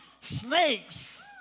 Snakes